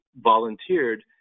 volunteered